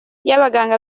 y’abaganga